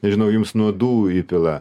nežinau jums nuodų įpila